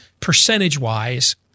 percentage-wise